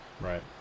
Right